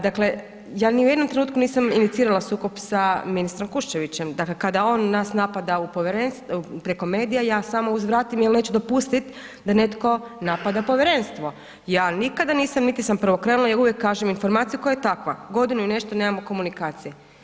Dakle, ja ni u jednom trenutku nisam inicirala sukob sa ministrom Kuščevićem, dakle, kada on nas napada preko medija, ja samo uzvratim jer neću dopustit da netko napada povjerenstvo, ja nikada nisam, niti sam preokrenula, ja uvijek kažem informaciju koja je takva, godinu i nešto nemamo komunikacije.